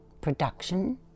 production